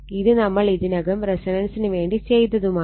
ഇത് നമ്മൾ ഇതിനകം റെസൊണൻസിന് വേണ്ടി ചെയ്തതാണ്